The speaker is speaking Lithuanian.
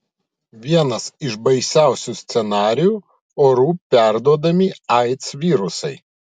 vienas iš baisiausių scenarijų oru perduodami aids virusai